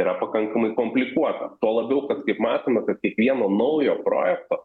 yra pakankamai komplikuota tuo labiau kad kaip matome kad kiekvieno naujo projekto